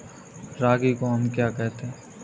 रागी को हम क्या कहते हैं?